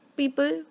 people